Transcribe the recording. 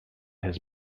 his